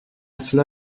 cela